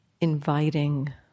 inviting